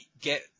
get